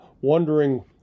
wondering